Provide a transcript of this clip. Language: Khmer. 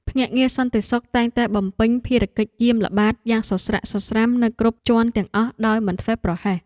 ភ្នាក់ងារសន្តិសុខតែងតែបំពេញភារកិច្ចយាមល្បាតយ៉ាងសស្រាក់សស្រាំនៅគ្រប់ជាន់ទាំងអស់ដោយមិនធ្វេសប្រហែស។